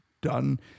done